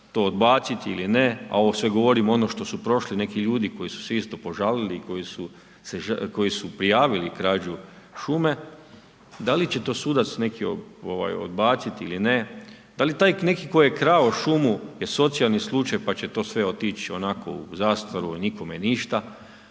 to odbaciti ili ne a ovo sve govorim ono što su prošli neki ljudi koji su se isto požalili i koji su prijavili krađu šume, da li će to sudac neki odbaciti ili ne, da li taj neki koji je krao šumu je socijalni slučaj pa će to sve otić onako u zastaru a nikome ništa,